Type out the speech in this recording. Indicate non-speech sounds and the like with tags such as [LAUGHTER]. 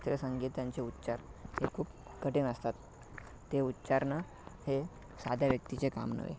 [UNINTELLIGIBLE] संगीतांचे उच्चार हे खूप कठीण असतात ते उच्चारणं हे साध्या व्यक्तीचे काम नव्हे